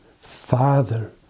Father